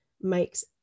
makes